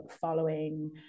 following